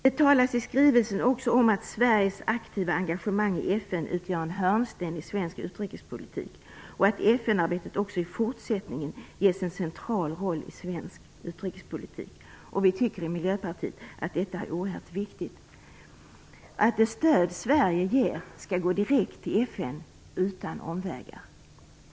Det talas i skrivelsen också om att Sveriges aktiva engagemang i FN utgör en hörnsten i svensk utrikespolitik och att FN-arbetet också i fortsättningen ges en central roll i svensk utrikespolitik. Vi i Miljöpartiet anser att detta är oerhört viktigt, att det stöd Sverige ger skall gå direkt till FN utan omvägar.